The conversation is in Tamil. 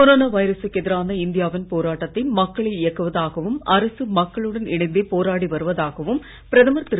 கொரோனா வைரசுக்கு எதிரான இந்தியாவின் போராட்டத்தை மக்களே இயக்குவதாகவும் அரசு மக்களுடன் இணைந்தே போராடி வருவதாகவும் பிரதமர் திரு